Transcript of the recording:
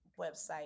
website